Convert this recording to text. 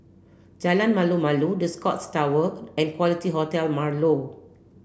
Jalan Malu Malu The Scotts Tower and Quality Hotel Marlow